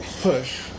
push